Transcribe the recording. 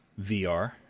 VR